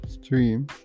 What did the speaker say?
stream